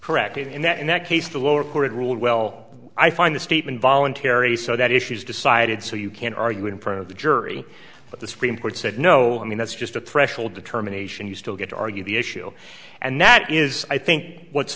correct in that in that case the lower court ruled well i find the statement voluntary so that if she's decided so you can argue in front of the jury but the supreme court said no i mean that's just a threshold determination you still get to argue the issue and that is i think what's